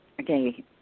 okay